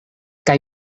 kaj